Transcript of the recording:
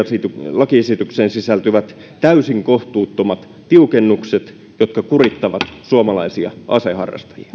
lakiesitykseen sisältyvät täysin kohtuuttomat tiukennukset jotka kurittavat suomalaisia aseharrastajia